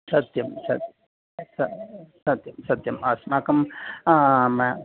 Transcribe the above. सत्यं सत् सत् सत् सत्यम् अस्माकं म्य्